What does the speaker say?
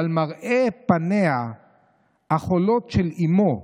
אבל מראה פניה החולות של אימו,